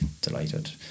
delighted